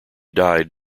died